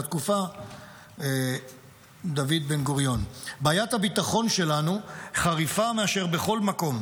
תקופה דוד בן-גוריון: "בעיית הביטחון שלנו חריפה מאשר בכל מקום.